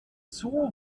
zoo